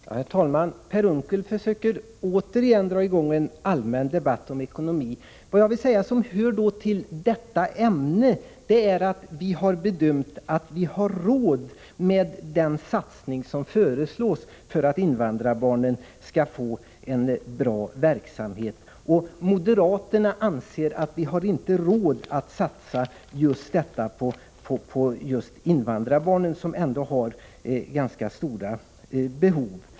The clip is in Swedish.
Herr talman! Per Unckel försöker återigen dra i gång en allmän debatt om ekonomi. Vad jag vill säga och som hör till det ämne vi nu diskuterar är att vi har bedömt att vi har råd med den satsning som föreslås för att invandrarbarnen skall få en bra verksamhet. Moderaterna anser att vi inte har råd att satsa detta på just invandrarbarnen, som ändå har ganska stora behov.